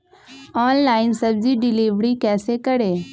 Online सब्जी deliver कैसे करें?